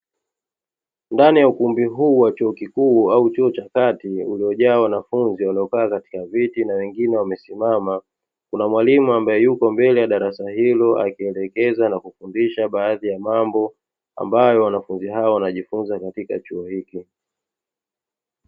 Ndani ya ukumbi huu wa chuo kikuu au chuo cha kati, uliojaa wanafunzi waliokaa katika viti wengine wamesimama, kuna mwalimu ambaye yupo mbele ya darasa hilo akiwaelekeza na kuwafundisha baadhi ya mambo ambayo wanafunzi hao wanajifunza katika chuo hicho.